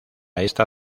esta